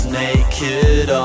naked